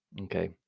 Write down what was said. Okay